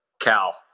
Cal